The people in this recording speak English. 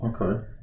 Okay